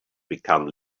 become